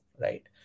right